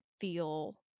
feel